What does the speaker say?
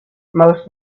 most